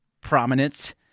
prominence